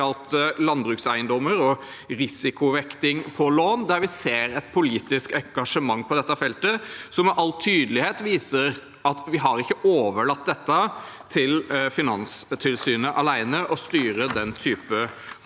landbrukseiendommer og risikovekting av lån. Vi ser et politisk engasjement på dette feltet som med all tydelighet viser at vi ikke har overlatt til Finanstilsynet alene å styre den type